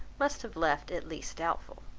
must have left at least doubtful.